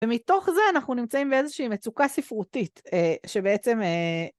ומתוך זה אנחנו נמצאים באיזושהי מצוקה ספרותית שבעצם...